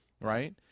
right